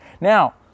Now